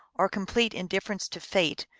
or complete indifference to fate,